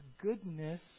goodness